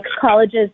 college's